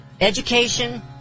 Education